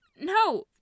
No